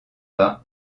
pas